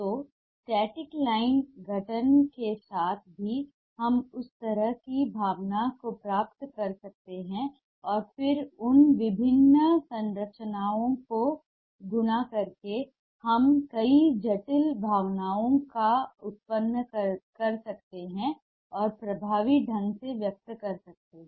तो स्थैतिक लाइन गठन के साथ भी हम उस तरह की भावना को प्राप्त करते हैं और फिर उन विभिन्न संरचनाओं को गुणा करके हम कई जटिल भावनाओं को उत्पन्न कर सकते हैं और प्रभावी ढंग से व्यक्त कर सकते हैं